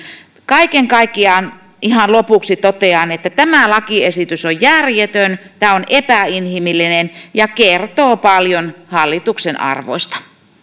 kaiken kaikkiaan ihan lopuksi totean että tämä lakiesitys on järjetön tämä on epäinhimillinen ja kertoo paljon hallituksen arvoista